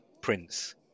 prince